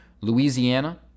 Louisiana